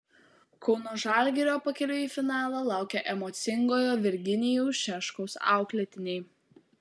kauno žalgirio pakeliui į finalą laukia emocingojo virginijaus šeškaus auklėtiniai